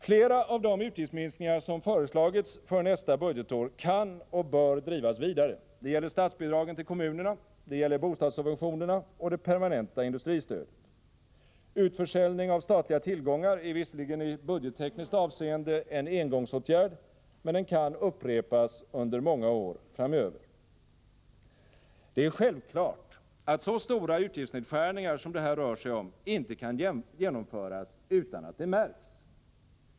Flera av de utgiftsminskningar som föreslagits för nästa budgetår kan och bör drivas vidare. Det gäller statsbidragen till kommunerna, bostadssubventionerna och det permanenta industristödet. Utförsäljning av statliga tillgångar är visserligen i budgettekniskt avseende en engångsåtgärd, men den kan upprepas under många år framöver. Det är självklart att så stora utgiftsnedskärningar som det här rör sig om inte kan genomföras utan att det märks.